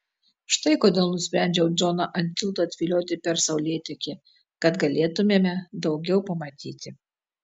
štai kodėl nusprendžiau džoną ant tilto atvilioti per saulėtekį kad galėtumėme daugiau pamatyti